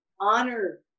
honor